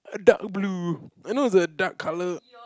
a dark blue eh no it's a dark colour